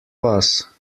vas